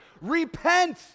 Repent